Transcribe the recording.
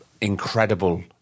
incredible